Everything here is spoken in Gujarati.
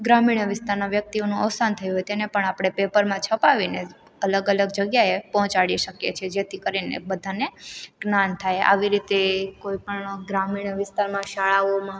ગ્રામીણ વિસ્તારના વ્યક્તિઓનો અવસાન થયું હોય તેને પણ આપણે પેપરમાં છપાવીને અલગ અલગ જગ્યાએ પહોંચાડી શકીએ છીએ જેથી કરીને બધાને જ્ઞાન થાય આવી રીતે કોઈપણ ગ્રામીણ વિસ્તારમાં શાળાઓમાં